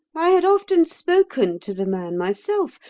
i had often spoken to the man myself,